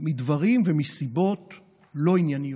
שמדברים ומסיבות לא ענייניות,